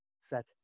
set